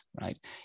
right